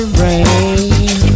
rain